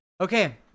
Okay